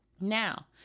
Now